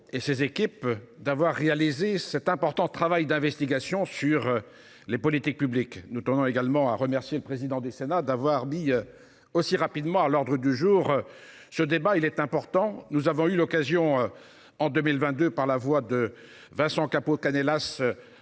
et ses membres d’avoir réalisé cet important travail d’investigation sur les politiques publiques. Nous tenons également à remercier M. le président du Sénat d’avoir aussi rapidement inscrit à l’ordre du jour cet important débat. Nous avions eu l’occasion, en 2022, par la voix de Vincent Capo Canellas,